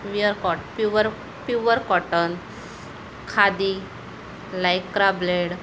व्यअर cot pure pure cotton khadi Lycra blade